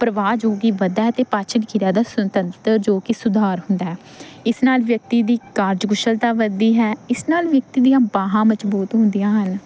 ਪਰਵਾਹ ਜੋ ਕਿ ਵਧਦਾ ਹੈ ਅਤੇ ਪਾਚਕ ਕਿਰਿਆ ਦਾ ਸੁਤੰਤਰ ਜੋ ਕਿ ਸੁਧਾਰ ਹੁੰਦਾ ਇਸ ਨਾਲ ਵਿਅਕਤੀ ਦੀ ਕਾਰਜ ਕੁਸ਼ਲਤਾ ਵਧਦੀ ਹੈ ਇਸ ਨਾਲ ਵਿਅਕਤੀ ਦੀਆਂ ਬਾਹਾਂ ਮਜ਼ਬੂਤ ਹੁੰਦੀਆਂ ਹਨ